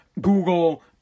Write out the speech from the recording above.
Google